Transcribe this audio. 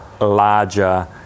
larger